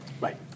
Right